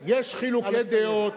במשרד המשפטים יש חילוקי דעות,